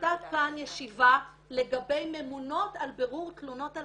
היתה כאן ישיבה לגבי ממונות על בירור תלונות על